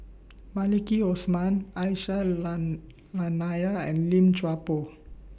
Maliki Osman Aisyah Lyana and Lim Chuan Poh